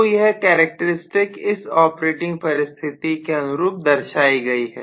तो यह character stick इस ऑपरेटिंग परिस्थिति के अनुरूप दर्शाई गई है